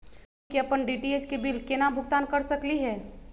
हमनी के अपन डी.टी.एच के बिल केना भुगतान कर सकली हे?